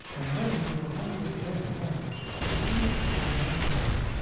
and knows we will not disobey again and he will call no others.